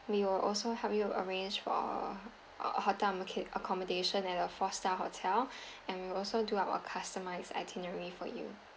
we will also help you arrange for uh hotel and acco~ accommodation at a four star hotel and we will also do a customised itinerary for you